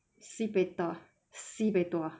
sibei 多 sibei 多